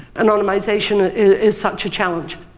anonymization is such a challenge.